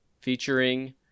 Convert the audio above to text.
featuring